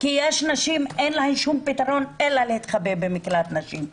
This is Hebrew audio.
כי יש נשים שאין להן שום פתרון אלא להתחבא במקלט לנשים.